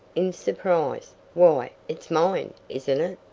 in surprise. why, it's mine, isn't it?